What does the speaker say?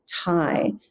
tie